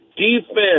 Defense